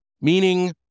meaning